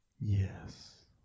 Yes